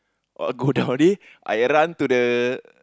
all go down already I run to the